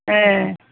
ए